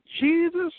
Jesus